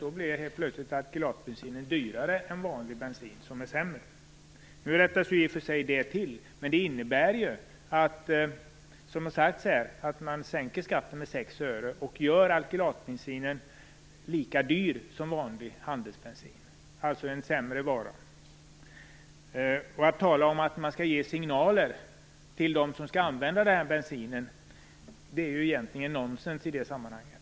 Då blev plötsligt alkylatbensinen dyrare än vanlig bensin, som är sämre. Detta rättades i och för sig till, men det innebär som har sagts här att man sänker skatten med 6 öre och gör alkylatbensinen lika dyr som vanlig handelsbensin. Den blir alltså en sämre vara. Att tala om att man skall ge signaler till dem som skall använda denna bensin är ju egentligen nonsens i sammanhanget.